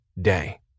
day